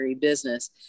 business